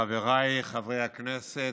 חבריי חברי הכנסת,